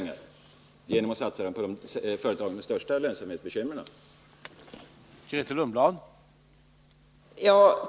Genom att satsa pengar på företag med de största lönsamhetsbekymren slår man undan benen för de framtida sysselsättningsmöjligheterna.